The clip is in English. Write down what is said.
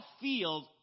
field